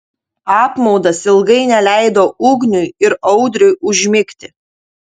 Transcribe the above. apmaudas ilgai neleido ugniui ir audriui užmigti